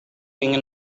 ingin